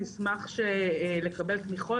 נשמח לקבל תמיכות,